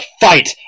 fight